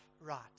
right